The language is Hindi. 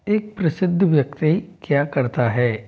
एक प्रसिद्ध व्यक्ति क्या करता है